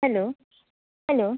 hello hello